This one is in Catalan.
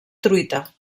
truita